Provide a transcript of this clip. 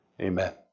Amen